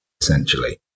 essentially